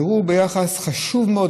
הבירור חשוב מאוד.